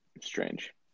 strange